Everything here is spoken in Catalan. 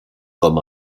com